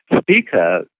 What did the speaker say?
speaker